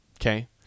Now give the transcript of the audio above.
Okay